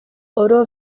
oder